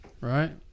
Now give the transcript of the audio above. right